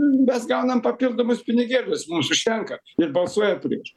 mes gaunam papildomus pinigėlius mums užtenka ir balsuoja prieš